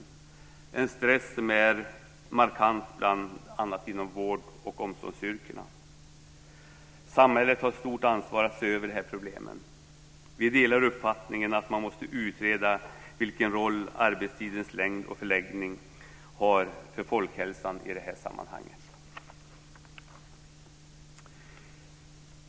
Det är en stress som är markant bl.a. inom vård och omsorgsyrkena. Samhället har ett stort ansvar för att se över de här problemen. Vi delar uppfattningen att man måste utreda vilken roll arbetstidens längd och förläggning har för folkhälsan i det här sammanhanget.